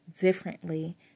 differently